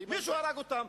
מישהו הרג אותם,